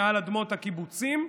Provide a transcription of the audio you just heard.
מאדמות הקיבוצים,